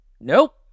Nope